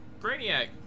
Brainiac